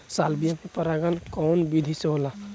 Salvia में परागण कउना विधि से होला?